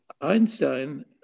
Einstein